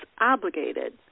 obligated